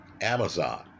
Amazon